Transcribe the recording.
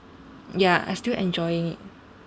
ya I still enjoying it